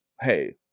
hey